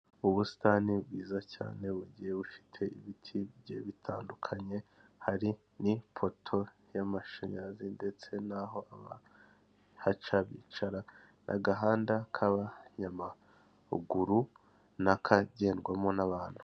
Ubusitani bwiza cyane bugiye bufite ibiti bigiye bitandukanye; hari ni'ipoto y'amashanyarazi ndetse n'aho abahaca bicara n'agahanda k'abanyamaruguru n'akagendwamo n'abantu.